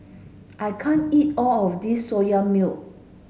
I can't eat all of this Soya Milk